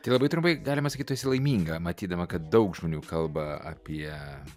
tai labai trumpai galima sakyt tu esi laiminga matydama kad daug žmonių kalba apie